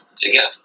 together